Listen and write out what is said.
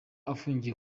afungiye